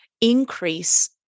increase